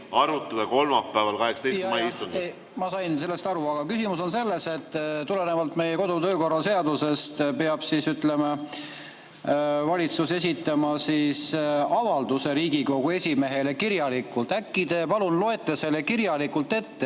arutada kolmapäeva, 18. mai istungil. Jah, ma sain sellest aru, aga küsimus on selles, et tulenevalt meie kodu‑ ja töökorra seadusest peab valitsus esitama avalduse Riigikogu esimehele kirjalikult. Äkki te palun loete selle kirjalikult